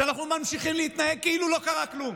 שאנחנו ממשיכים להתנהג כאילו לא קרה כלום.